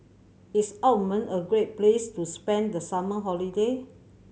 is Oman a great place to spend the summer holiday